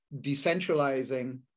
decentralizing